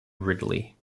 ridley